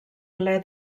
ple